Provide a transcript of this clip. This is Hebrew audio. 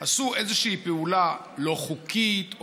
עשו איזושהי פעולה לא חוקית,